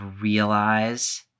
realize